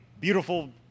beautiful